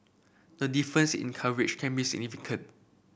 the difference in coverage can be significant